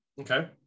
Okay